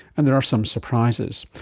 and there are some surprises.